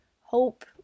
hope